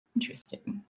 interesting